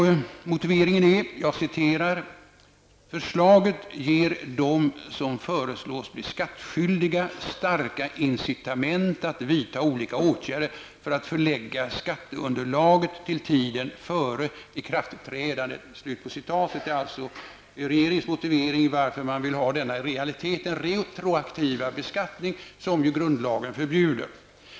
Motiveringen lyder: ''Förslaget ger dem som föreslås bli skattskyldiga starka incitament att vidta olika åtgärder för att förlägga skatteunderlaget till tiden före ikraftträdandet.'' Det är alltså regeringens motivering till att man vill ha denna, i realiteten retroaktivbeskattning, något som ju grundlagen förbjuder.